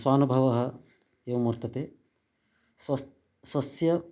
स्वानुभवः एवं वर्तते स्वस्य स्वस्य